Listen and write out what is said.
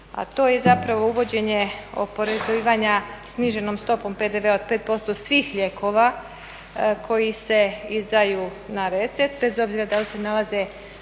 a to je zapravo uvođenje oporezivanja sniženom stopom PDV-a od 5% svih lijekova koji se izdaju na recept bez obzira da li se nalaze